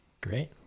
great